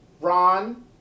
Ron